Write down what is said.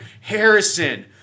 Harrison